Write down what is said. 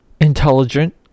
intelligent